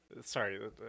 sorry